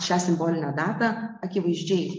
šią simbolinę datą akivaizdžiai